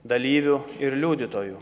dalyvių ir liudytojų